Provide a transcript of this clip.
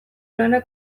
lana